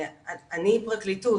אני הפרקליטות.